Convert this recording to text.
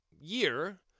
year